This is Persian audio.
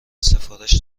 سفارش